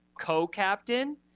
co-captain